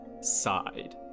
side